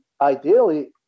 ideally